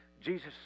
Jesus